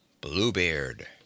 bluebeard